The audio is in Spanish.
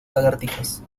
lagartijas